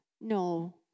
No